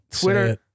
Twitter